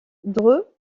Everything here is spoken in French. dre